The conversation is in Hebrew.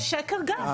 זה שקר גס.